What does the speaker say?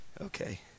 Okay